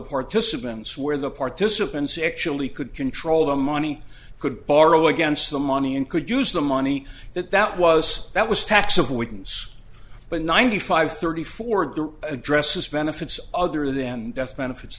participants where the participants actually could control the money could borrow against the money and could use the money that that was that was tax avoidance but ninety five thirty four addresses benefits other than death benefits